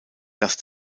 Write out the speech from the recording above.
das